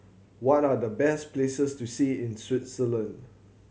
what are the best places to see in Switzerland